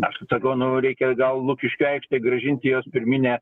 aš sakau nu reikia gal lukiškių aikštei grąžinti jos pirminę